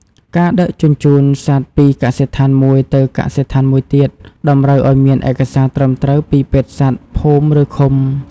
ការដឹកជញ្ជូនសត្វពីកសិដ្ឋានមួយទៅកសិដ្ឋានមួយទៀត តម្រូវឱ្យមានឯកសារត្រឹមត្រូវពីពេទ្យសត្វភូមិ ឬឃុំ។